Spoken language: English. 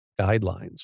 guidelines